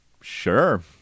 sure